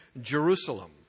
Jerusalem